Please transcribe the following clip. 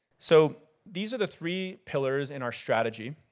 so these are the three pillars in our strategy.